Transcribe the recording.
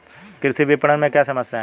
कृषि विपणन में क्या समस्याएँ हैं?